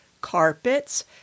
carpets